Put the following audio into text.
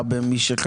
היושב-ראש.